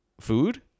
food